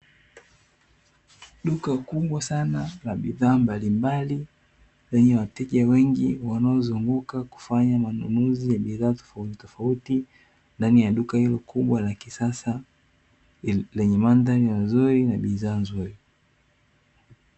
Duka kubwa sana la bidhaa mbalimbali lenye wateja wengi, wanaozunguka kufanya manunuzi ya bidhaa tofautitofauti ndani ya duka hilo kubwa la kisasa lenye mandhari nzuri na bidhaa nzuri.